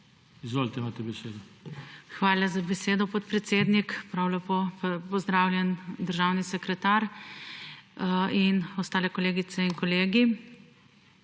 UŠAJ (PS SDS):** Hvala za besedo, podpredsednik. Prav lepo pozdravljen državni sekretar in ostale kolegice in kolegi.